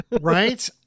Right